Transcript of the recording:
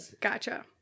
Gotcha